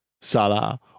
Salah